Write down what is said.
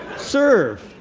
serve!